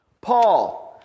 Paul